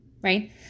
Right